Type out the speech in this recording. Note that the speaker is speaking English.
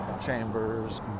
Chambers